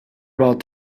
about